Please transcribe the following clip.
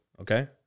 Okay